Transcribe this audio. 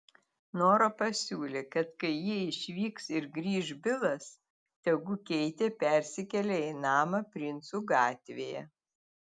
nora pasiūlė kad kai jie išvyks ir grįš bilas tegu keitė persikelia į namą princų gatvėje